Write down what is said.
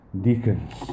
deacons